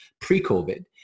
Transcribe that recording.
pre-COVID